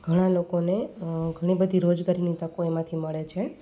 ઘણા લોકોને ઘણી બધી રોજગારીની તકો એમાંથી મળે છે